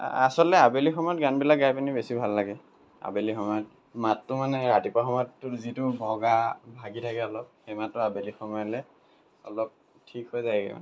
আ আচলতে আবেলি সময়ত গানবিলাক গাই পিনি বেছি ভাল লাগে আবেলি সময়ত মাতটো মানে ৰাতিপুৱা সময়ত যিটো ভগা ভাগি থাকে অলপ সেই মাতটো আবেলি সময়লৈ অলপ ঠিক হৈ যায়গৈ মানে